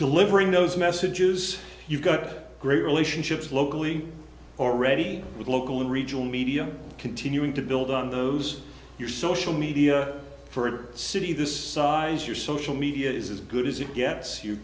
delivering those messages you've got great relationships locally already with local and regional media continuing to build on those your social media for city this size your social media is as good as it gets you